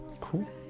Cool